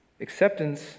Acceptance